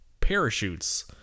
parachutes